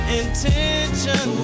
intention